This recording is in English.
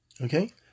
Okay